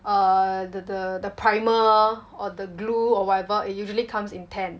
err the the the primer or the glue or whatever it usually comes in ten